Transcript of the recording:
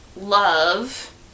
love